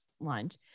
lunch